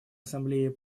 ассамблеей